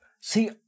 See